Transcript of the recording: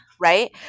Right